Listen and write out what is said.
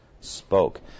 spoke